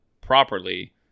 properly